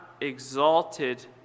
exalted